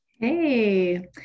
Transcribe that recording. Hey